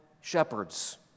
shepherds